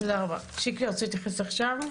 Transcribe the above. שיקלי, רוצה להתייחס עכשיו?